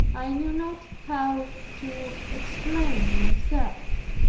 i knew not how to explain myself.